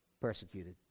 Persecuted